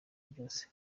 byose